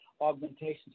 augmentations